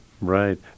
Right